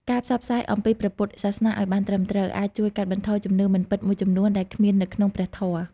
ការផ្សព្វផ្សាយអំពីព្រះពុទ្ធសាសនាឱ្យបានត្រឹមត្រូវ អាចជួយកាត់បន្ថយជំនឿមិនពិតមួយចំនួនដែលគ្មាននៅក្នុងព្រះធម៌។